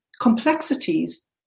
complexities